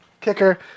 Kicker